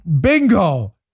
bingo